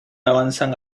avanzan